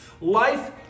Life